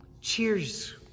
cheers